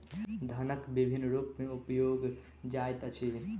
धनक विभिन्न रूप में उपयोग जाइत अछि